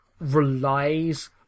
relies